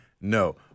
no